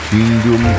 Kingdom